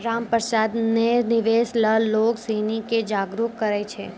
रामप्रसाद ने निवेश ल लोग सिनी के जागरूक करय छै